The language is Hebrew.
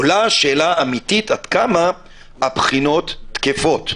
עולה השאלה עד כמה הבחינות תקפות,